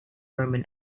roman